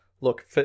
look